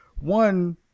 one